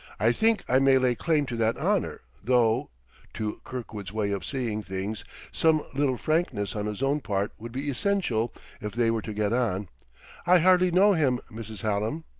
i think i may lay claim to that honor, though to kirkwood's way of seeing things some little frankness on his own part would be essential if they were to get on i hardly know him, mrs. hallam.